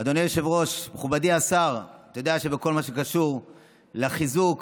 בפקודות הצבא או בכללים שקבע מינהל הרשות לשירות אזרחי,